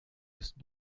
ist